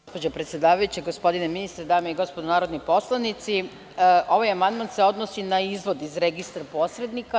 Gospođo predsedavajuća, gospodine ministre, dame i gospodo narodni poslanici, ovaj amandman se odnosi na izvod iz registra posrednika.